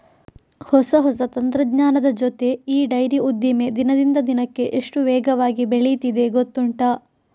ಹೊಸ ಹೊಸ ತಂತ್ರಜ್ಞಾನದ ಜೊತೆ ಈ ಡೈರಿ ಉದ್ದಿಮೆ ದಿನದಿಂದ ದಿನಕ್ಕೆ ಎಷ್ಟು ವೇಗವಾಗಿ ಬೆಳೀತಿದೆ ಗೊತ್ತುಂಟಾ